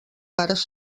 pares